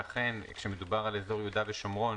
שאכן כשמדובר על אזור יהודה ושומרון,